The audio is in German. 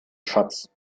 schatz